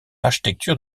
architecture